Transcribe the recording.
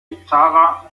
tara